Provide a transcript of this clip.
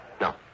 No